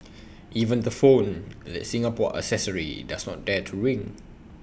even the phone that Singapore accessory does not dare to ring